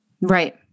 Right